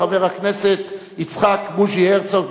חבר הכנסת יצחק בוז'י הרצוג,